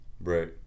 Right